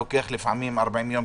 לוקח לפעמים 40 יום,